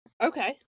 Okay